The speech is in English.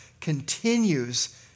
continues